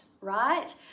right